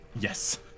Yes